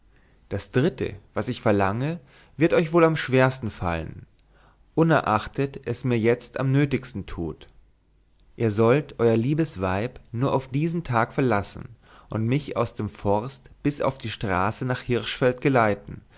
das dritte was ich verlange wird euch wohl am schwersten fallen unerachtet es mir jetzt am nötigsten tut ihr sollt euer liebes weib nur auf diesen tag verlassen und mich aus dem forst bis auf die straße nach hirschfeld geleiten